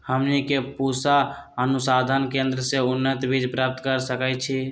हमनी के पूसा अनुसंधान केंद्र से उन्नत बीज प्राप्त कर सकैछे?